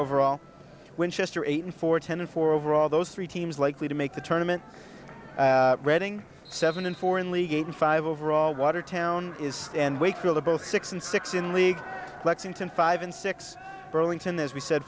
overall winchester eight in four ten and four overall those three teams likely to make the tournaments reading seven and four in league eight and five overall watertown is and wakefield are both six and six in league lexington five and six burlington as we said